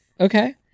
Okay